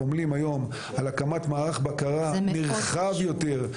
עומלים היום על הקמת מערך בקרה נרחב יותר -- זה מאוד חשוב.